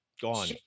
Gone